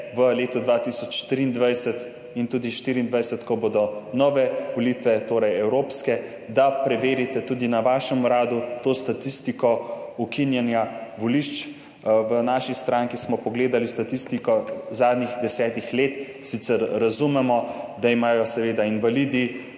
v letu 2023 in tudi 2024, ko bodo nove volitve, torej evropske, opredelite in da preverite tudi na vašem uradu to statistiko ukinjanja volišč. V naši stranki smo pogledali statistiko zadnjih desetih let, sicer razumemo, da imajo seveda invalidi